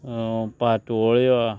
पातोळ्या